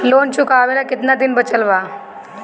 Loan चुकावे ला कितना दिन बचल बा?